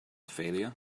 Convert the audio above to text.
failure